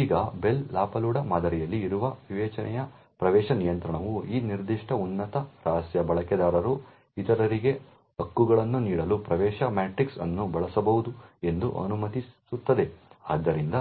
ಈಗ Bell LaPadula ಮಾದರಿಯಲ್ಲಿ ಇರುವ ವಿವೇಚನೆಯ ಪ್ರವೇಶ ನಿಯಂತ್ರಣವು ಈ ನಿರ್ದಿಷ್ಟ ಉನ್ನತ ರಹಸ್ಯ ಬಳಕೆದಾರರು ಇತರರಿಗೆ ಹಕ್ಕುಗಳನ್ನು ನೀಡಲು ಪ್ರವೇಶ ಮ್ಯಾಟ್ರಿಕ್ಸ್ ಅನ್ನು ಬಳಸಬಹುದು ಎಂದು ಅನುಮತಿಸುತ್ತದೆ ಆದ್ದರಿಂದ